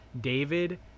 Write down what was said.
David